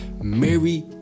Mary